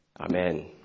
Amen